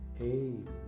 Amen